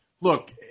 look